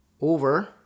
over